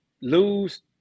lose